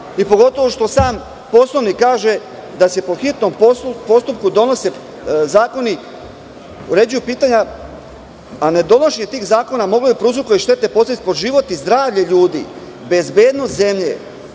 i pogotovo što sam Poslovnik kaže da se po hitnom postupku donose zakoni, uređuju pitanja, a nedonošenje tih zakona moglo je da prouzrokuje štetne posledice po život i zdravlje ljudi, bezbednost zemlje